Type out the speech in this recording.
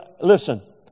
listen